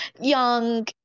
young